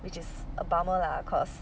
which is a bummer lah cause